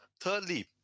Thirdly